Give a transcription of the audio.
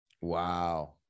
Wow